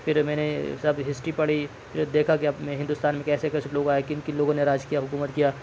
پھر میں نے سب ہسٹری پڑھی یہ دیکھا کہ اپنے ہندوستان میں کیسے کیسے لوگ آئے کن کن لوگوں نے راج کیا حکومت کیا